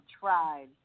tried